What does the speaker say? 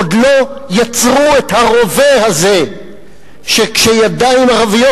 עוד לא יצרו את הרובה הזה שכשידיים ערביות